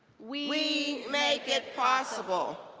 we make it possible!